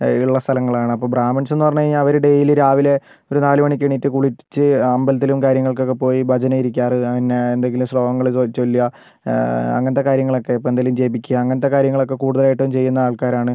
ഉള്ള സ്ഥലങ്ങളാണ് അപ്പം ബ്രാഹ്മിൻസ് എന്ന് പറഞ്ഞു കഴിഞ്ഞാൽ അവര് ഡെയിലി രാവിലെ ഒരു നാലു മണിക്ക് എണീറ്റ് കുളിച്ച് അമ്പലത്തിലും കാര്യങ്ങൾക്ക് ഒക്കെ പോയി ഭജന ഇരിക്കാര് പിന്നെ എന്തെങ്കിലും ശ്ലോഖങ്ങൾ ചൊല്ലുക അങ്ങനത്തെ കാര്യങ്ങളൊക്കെ ഇപ്പം എന്തെങ്കിലും ജപിക്കുക അങ്ങനത്തെ കാര്യങ്ങളൊക്കെ കൂടുതലായിട്ടും ചെയ്യുന്ന ആൾക്കാരാണ്